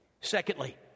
Secondly